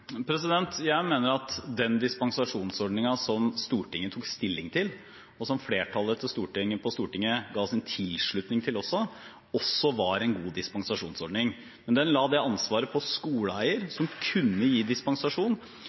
Jeg mener at den dispensasjonsordningen som Stortinget tok stilling til, og som flertallet på Stortinget ga sin tilslutning til, også var en god dispensasjonsordning. Men den la ansvaret på skoleeier, som kunne gi dispensasjon,